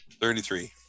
Thirty-three